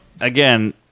again